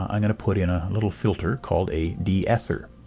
i'm going to put in a little filter called a de-esser.